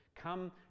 Come